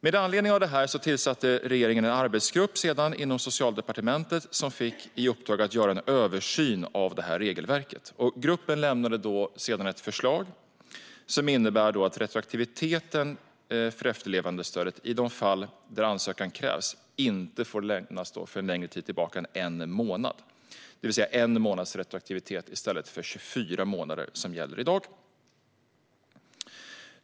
Med anledning av detta tillsatte regeringen en arbetsgrupp inom Socialdepartementet som fick i uppdrag att göra en översyn av detta regelverk. Gruppen lämnade sedan ett förslag som innebär att retroaktiviteten för efterlevandestödet i de fall där ansökan krävs inte får lämnas för längre tid tillbaka än en månad före ansökningsdatum, det vill säga en månads retroaktivitet i stället för 24 månader som gäller i dag.